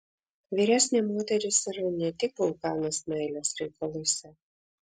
vyresnė moteris yra ne tik vulkanas meilės reikaluose